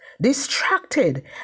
distracted